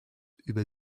über